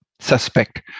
suspect